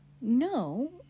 No